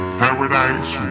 paradise